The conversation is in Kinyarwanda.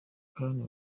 kandi